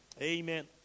Amen